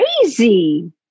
crazy